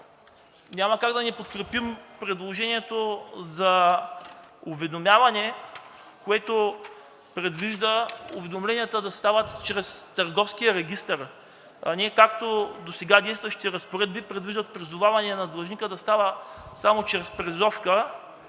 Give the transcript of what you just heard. Няма как да не подкрепим предложението за уведомяване, което предвижда уведомленията да стават чрез Търговския регистър, а не както досега – действащите разпоредби предвиждат призоваванията на длъжника да става само чрез призовка.